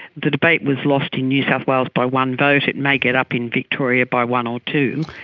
the debate was lost in new south wales by one vote, it may get up in victoria by one or two.